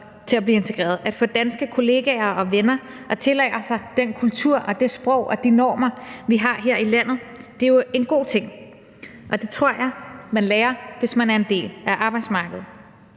til at blive integreret; at få danske kolleger og venner, at tilegne sig den kultur og det sprog og de normer, vi har her i landet, er en god ting, og det tror jeg man lærer, hvis man er en del af arbejdsmarkedet.